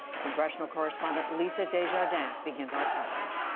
congressional correspondent lisa desjardins begins our coverage.